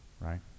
Right